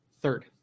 Third